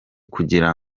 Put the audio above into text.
kugira